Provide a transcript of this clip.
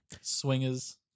Swingers